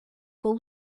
com